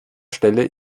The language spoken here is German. stelle